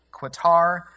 Qatar